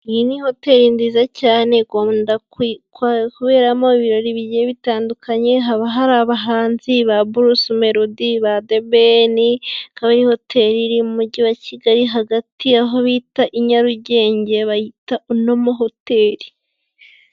Iyi ni hoteri nziza cyane ikunda kuberamo ibirori bigiye bitandukanye, haba hari abahanzi ba Bruce Melody, ba The Ben, akaba ari hoteri iri mu Mujyi wa Kigali hagati aho bita i Nyarugenge bayita Onomo Hotel.